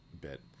bit